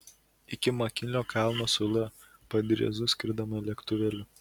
iki makinlio kalno su l padriezu skridome lėktuvėliu